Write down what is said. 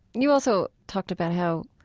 you also talked about how,